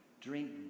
Drink